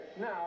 now